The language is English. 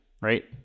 right